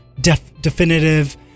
definitive